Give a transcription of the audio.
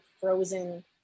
frozen